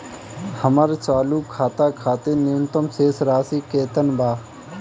हमर चालू खाता खातिर न्यूनतम शेष राशि केतना बा?